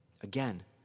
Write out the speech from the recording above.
Again